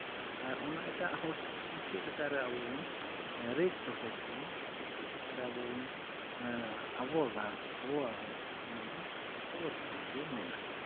ᱟᱨ ᱱᱟ ᱮᱴᱟᱜ ᱦᱚᱲ ᱴᱷᱮᱱ ᱠᱷᱚᱱ ᱪᱮᱫ ᱞᱮᱠᱟᱨᱮ ᱟᱵᱚᱵᱚᱱ ᱨᱮᱡᱽ ᱫᱚᱦᱚ ᱠᱚᱣᱟ ᱥᱮ ᱪᱮᱫ ᱞᱮᱠᱟᱨᱮ ᱟᱵᱚᱵᱚᱱ ᱟᱵᱚᱜᱟ ᱟᱵᱚᱣᱟᱜ ᱚᱱᱟ ᱫᱚ ᱟᱵᱚ ᱛᱟᱞᱟ ᱨᱮᱜᱮ ᱢᱮᱱᱟᱜᱼᱟ